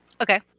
Okay